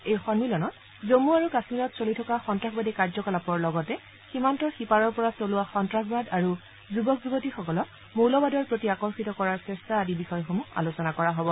এই সম্মিলনত জম্মু আৰু কাশ্মীৰত চলি থকা সন্তাসবাদী কাৰ্যকলাপৰ লগতে সীমান্তৰ সিপাৰৰ পৰা চলোৱা সন্ত্ৰাসবাদ আৰু যুৱক যুৱতীসকলক মৌলবাদৰ প্ৰতি আকৰ্যিত কৰাৰ চেষ্টা আদি বিষয়সমূহ আলোচনা কৰা হব